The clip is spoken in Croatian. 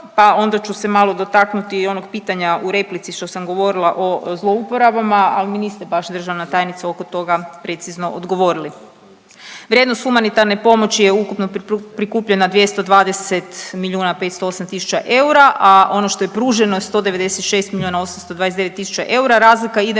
pa onda ću se malo dotaknuti i onog pitanja u replici što sam govorila o zlouporabama, ali mi niste baš državna tajnice oko toga precizno odgovorili. Vrijednost humanitarne pomoći je ukupno prikupljena 220 miljuna 508 tisuća eura, a ono to je pruženo je 196 miljona 829 tisuća eura, razlika ide